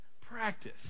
Practice